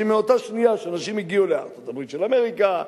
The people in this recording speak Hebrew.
שמאותה שנייה שאנשים הגיעו לארצות-הברית של אמריקה,